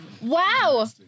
Wow